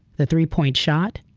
the three-point shot,